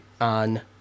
on